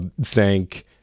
thank